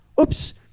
oops